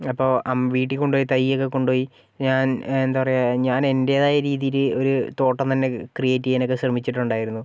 അപ്പോൾ വീട്ടിൽകൊണ്ടു പോയി തൈ ഒക്കെ കൊണ്ടുപോയി ഞാൻ എന്താ പറയുക ഞാൻ എൻ്റേതായ രീതിയില് ഒരു തോട്ടം തന്നെ ക്രിയേറ്റ് ചെയ്യാൻ ഒക്കെ ശ്രമിച്ചിട്ടുണ്ടായിരുന്നു